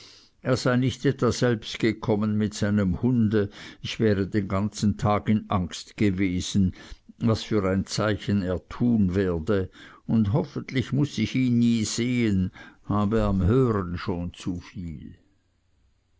er sei nicht etwa selbst gekommen mit seinem hunde ich wäre den ganzen tag in angst gewesen was für ein zeichen er tun werde und hoffentlich muß ich ihn nie sehen habe am hören schon zu viel